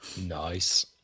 nice